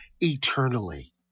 eternally